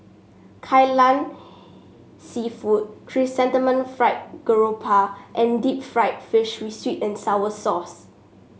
Kai Lan seafood Chrysanthemum Fried Garoupa and Deep Fried Fish with sweet and sour sauce